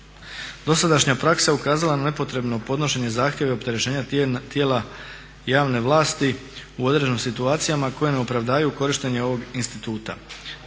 Dosadašnja praksa je ukazala na nepotrebno podnošenje zahtjeva i opterećenja tijela javne vlasti u određenim situacijama koje ne opravdavaju korištenje ovog instituta.